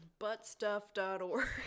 buttstuff.org